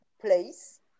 place